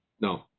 No